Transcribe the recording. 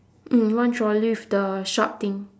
mm one trolley with the sharp thing